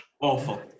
awful